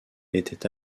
étaient